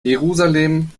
jerusalem